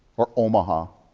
or omaha,